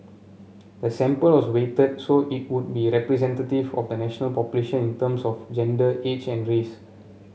the sample was weighted so it would be representative of the national population in terms of gender age and race